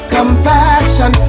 Compassion